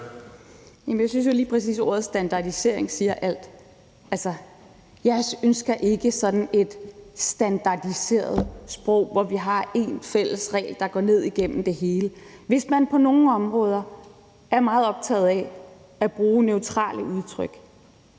jeg synes jo lige præcis, at ordet standardisering siger alt. Altså, jeg ønsker ikke sådan et standardiseret sprog, hvor vi har én fælles regel, der går ned igennem det hele. Hvis man på nogle områder er meget optaget af at bruge neutrale udtryk,